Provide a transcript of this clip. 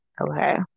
Okay